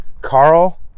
Carl